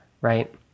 right